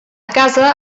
casa